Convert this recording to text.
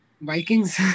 Vikings